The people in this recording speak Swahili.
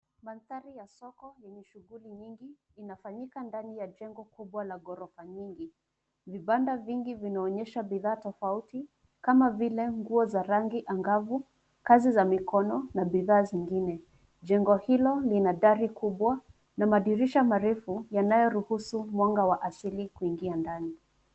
Mandhari ya soko yenye shughuli nyingi, inafanyika ndani ya jengo kubwa la gorofa nyingi. Vibanda vingi vinaonyesha bidhaa tofauti kama vile nguo za rangi angavu, kazi za mikono na bidhaa zingine. Jengo hilo lina dari kubwa na madirisha marefu, yanayoruhusu mwanga wa asili kuingia ndani.